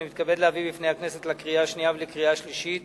אני מתכבד להביא בפני הכנסת לקריאה שנייה ולקריאה שלישית